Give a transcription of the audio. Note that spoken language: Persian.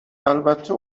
البته